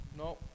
No